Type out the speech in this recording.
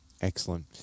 excellent